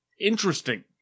interesting